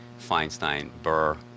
Feinstein-Burr